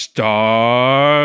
Star